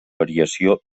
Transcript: variació